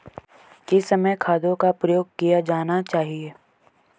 किस समय खादों का प्रयोग किया जाना चाहिए?